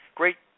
great